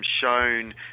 shown